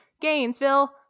Gainesville